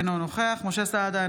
אינו נוכח משה סעדה,